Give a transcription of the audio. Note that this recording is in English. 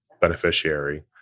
beneficiary